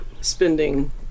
spending